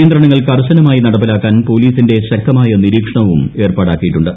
നിയന്ത്രണങ്ങൾ കർശനമായി നടപ്പിലാക്കാൻ പോലീസിന്റെ ശക്തമായ നിരീക്ഷണവും ഏർപ്പാടാക്കിയിട്ടുണ്ട്